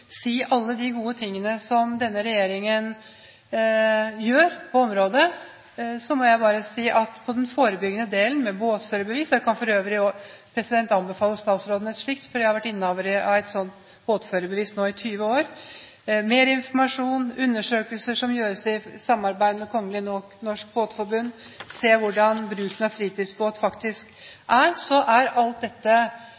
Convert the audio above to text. alle de gode tingene som denne regjeringen gjør på området, må jeg bare si at når det gjelder forebyggingsdelen, med båtførerbevis – jeg kan for øvrig anbefale statsråden et slikt, for jeg har vært innehaver av et sånt båtførerbevis nå i 20 år – mer informasjon, undersøkelser som gjøres i samarbeid med Kongelig Norsk Båtforbund for å se på hvordan bruken av fritidsbåt faktisk